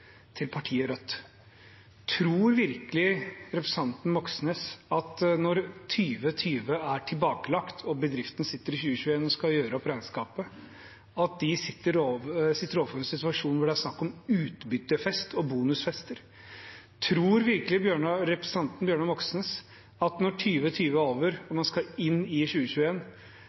til partiet Rødt. Tror virkelig representanten Moxnes at når 2020 er tilbakelagt og bedriftene sitter i 2021 og skal gjøre opp regnskap, at de står overfor en situasjon hvor det er snakk om utbyttefest og bonusfester? Tror virkelig representanten Bjørnar Moxnes at når 2020 er over og man skal inn i